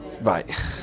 right